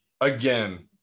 again